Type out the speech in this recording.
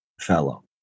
fellow